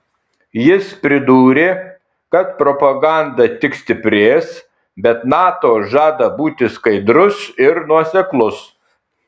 jis pridūrė kad propaganda tik stiprės bet nato žada būti skaidrus ir nuoseklus